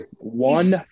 One